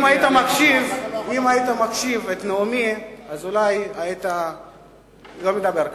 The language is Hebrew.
אם היית מקשיב לנאומי, אולי לא היית מדבר כך.